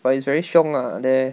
but it's very 凶 lah there